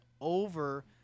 over